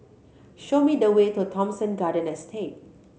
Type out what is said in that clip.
show me the way to Thomson Garden Estate